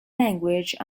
language